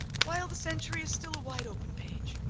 while the century is still a wide open page,